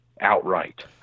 outright